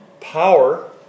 power